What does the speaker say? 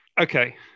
Okay